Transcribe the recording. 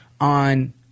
on